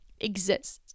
exists